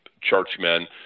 churchmen